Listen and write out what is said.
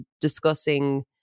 discussing